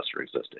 existed